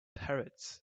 parrots